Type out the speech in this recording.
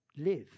live